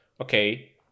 okay